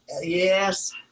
Yes